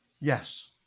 yes